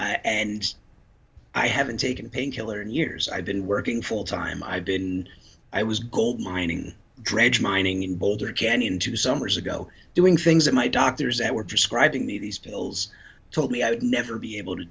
and i haven't taken a painkiller in years i've been working full time i didn't i was gold mining dredge mining in boulder canyon two summers ago doing things that my doctors that were prescribing these pills told me i would never be able to